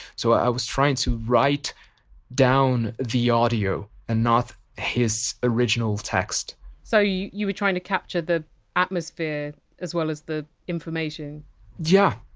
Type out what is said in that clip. so i was trying to write down the audio and not his original text so you you were trying to capture the atmosphere as well as the information yeah,